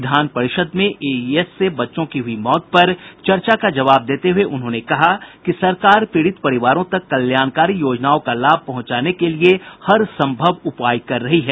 विधान परिषद् में एईएस से बच्चों की हुई मौत पर चर्चा का जवाब देते हुए उन्होंने कहा कि सरकार पीड़ित परिवारों तक कल्याणकारी योजनाओं का लाभ पहुंचाने के लिए हर संभव उपाय कर रही है